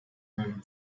miem